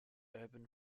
urban